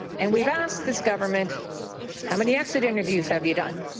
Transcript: and we've asked this government how many exit interviews have you done?